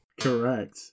Correct